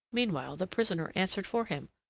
meanwhile the prisoner answered for him.